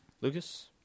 Lucas